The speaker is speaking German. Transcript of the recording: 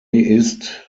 ist